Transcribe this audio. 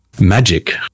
Magic